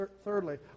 thirdly